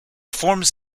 forms